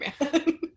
man